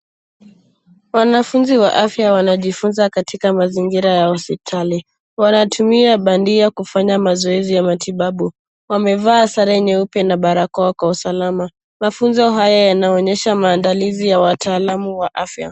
Wanafunzi wa afya wanajifunza katika mazingira ya hospitali. Wanatumia bandia kufanya mazoezi ya matibabu. Wamevaa sare nyeupe na barakoa kwa usalama . Mafunzo haya yanaonyesha maandalizi ya watalamu wa afya.